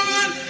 One